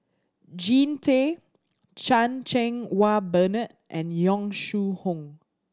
Jean Tay Chan Cheng Wah Bernard and Yong Shu Hoong